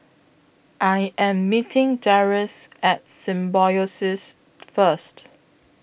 I Am meeting Darrius At Symbiosis First